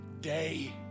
day